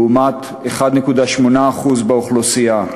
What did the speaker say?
לעומת 1.8% באוכלוסייה.